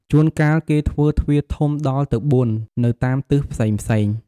ជួនកាលគេធ្វើទ្វារធំដល់ទៅ៤នៅតាមទិសផ្សេងៗ ។